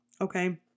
Okay